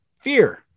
fear